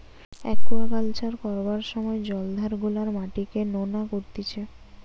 aquaculture করবার সময় জলাধার গুলার মাটিকে নোনা করতিছে